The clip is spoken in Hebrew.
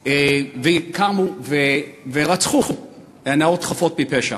וקמו ורצחו נערות חפות מפשע.